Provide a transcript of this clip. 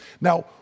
Now